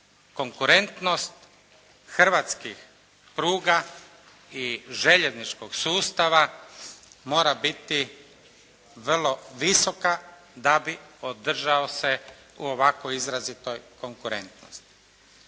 konkurentnost hrvatskih pruga i željezničkog sustava mora biti vrlo visoka da bi održao se u ovako izrazitoj konkurentnosti.